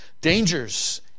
dangers